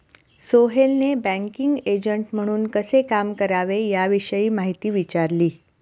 सोहेलने banking agent म्हणून कसे काम करावे याविषयी माहिती विचारली